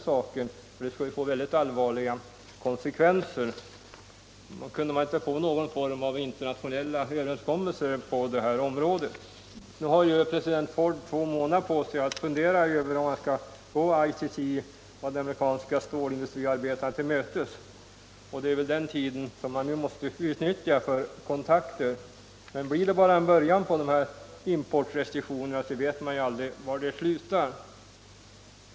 Vad kan regeringen i så fall göra åt den saken? Kunde man inte tänka sig någon form av internationella överenskommelser på detta område? President Ford har två månader på sig att fundera över om han skall gå ITC och de amerikanska stålindustriarbetarna till mötes. Det är väl den tiden som man nu måste utnyttja för att ta kontakter — har det väl börjat bli stålimportrestriktioner vet man ju aldrig var det slutar.